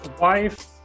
wife